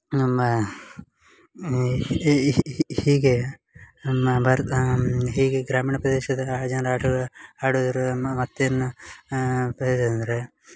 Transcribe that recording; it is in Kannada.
ನಮ್ಮ ಈ ಹೀಗೆ ನಮ್ಮ ಬರ ಹೀಗೆ ಗ್ರಾಮೀಣ ಪ್ರದೇಶದ ಆ ಜನರ ಆಟಗಳ ಆಡುದರ ನಮ್ಮ ಮತ್ತು ಏನು ಅಂದರೆ